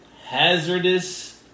Hazardous